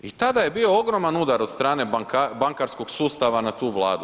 I tada je bio ogroman udar od strane bankarskog sustava na tu vladu.